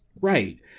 Right